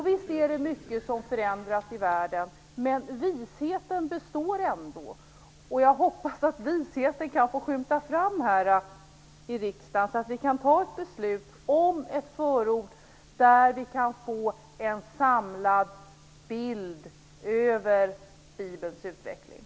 Vi ser att mycket förändras i världen, men visheten består ändå. Jag hoppas att visheten kan få skymta fram i riksdagen så att vi kan fatta ett beslut om ett förord, där vi kan få en samlad bild över Bibelns utveckling.